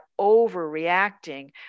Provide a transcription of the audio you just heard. overreacting